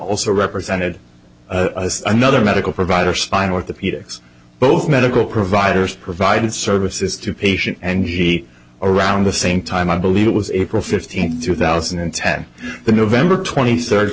also represented another medical provider spine orthopedics both medical providers provided services to patient and he around the same time i believe it was april fifteenth two thousand and ten the nov twenty third